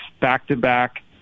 back-to-back